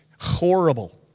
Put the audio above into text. Horrible